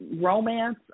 romance